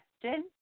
question